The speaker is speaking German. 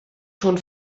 schon